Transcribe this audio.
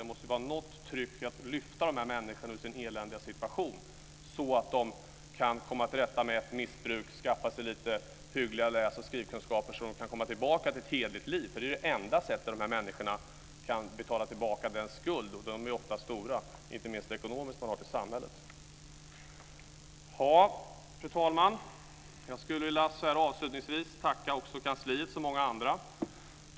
Det måste vara något tryck att lyfta dessa människor ur deras eländiga situation så att de kan komma till rätta med ett missbruk och skaffa sig lite hyggliga läs och skrivkunskaper så att de kan komma till ett hederligt liv. Det är det enda sätt dessa människor kan betala tillbaka den skuld - och den är ofta stor, inte minst ekonomiskt - de har till samhället. Fru talman! Jag vill avslutningsvis som många andra tacka kansliet.